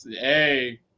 Hey